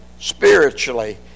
spiritually